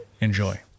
Enjoy